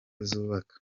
zubaka